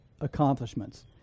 accomplishments